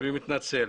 אני מתנצל.